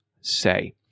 say